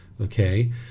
okay